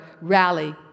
rally